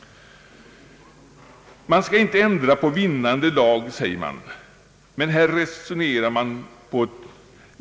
Man skall inte ändra på vinnande lag, sägs det.